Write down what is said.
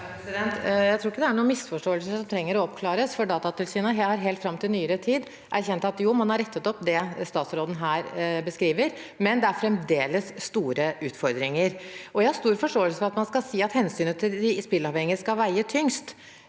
Jeg tror ikke det er noen misforståelse som trenger å oppklares, for Datatilsynet har helt fram til nyere tid erkjent at man har rettet opp det statsråden her beskriver, men at det fremdeles er store utfordringer. Jeg har stor forståelse for at man sier at hensynet til de spilleavhengige skal veie tyngst,